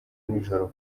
nijoro